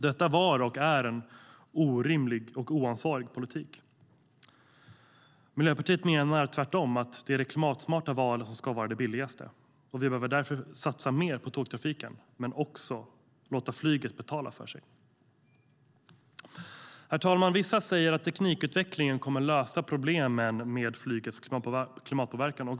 Detta var och är en orimlig och oansvarig politik. Herr talman! Vissa säger att teknikutvecklingen kommer att lösa problemen med flygets klimatpåverkan.